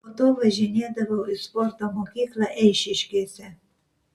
po to važinėdavau į sporto mokyklą eišiškėse